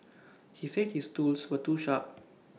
he said his tools were too sharp